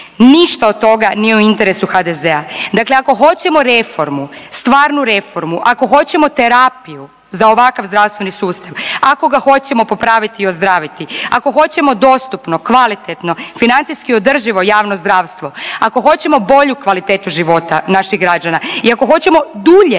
Ništa od toga nije u interesu HDZ-a. Dakle, ako hoćemo reformu, stvarnu reformu, ako hoćemo terapiju za ovakav zdravstveni sustav, ako ga hoćemo popraviti i ozdraviti, ako hoćemo dostupno, kvalitetno, financijski održivo javno zdravstvo, ako hoćemo bolju kvalitetu života naših građana i ako hoćemo dulje